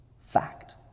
Fact